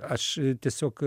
aš tiesiog